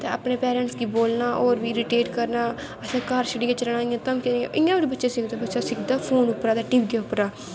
अपने पेरैंटस गी बोलना होर बी इरिटेट करना असैं घर शड्डियै चली जाना धमकियां देनियां इयां गै बच्चा सिखदा फोन ते टीवीयै परा